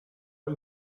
are